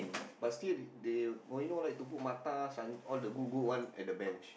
but still he they only know like to put Mattar San~ all the good good one at the bench